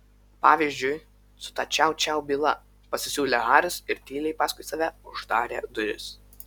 pavyzdžiui su ta čiau čiau byla pasisiūlė haris ir tyliai paskui save uždarė duris